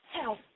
help